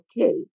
okay